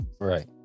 Right